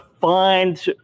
find